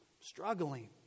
struggling